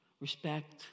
respect